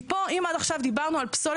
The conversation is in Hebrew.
כי פה אם עד עכשיו דיברנו על פסולת